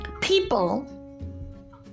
people